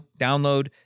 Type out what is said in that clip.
download